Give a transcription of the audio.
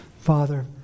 Father